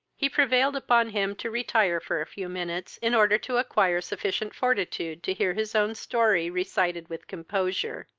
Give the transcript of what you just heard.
he prevailed upon him to retire for a few minutes, in order to acquire sufficient fortitude to hear his own story recited with composure.